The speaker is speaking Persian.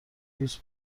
پوست